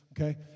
okay